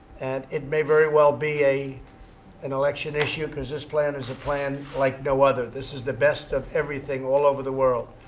and it may very well be an election issue, because this plan is a plan like no other. this is the best of everything all over the world.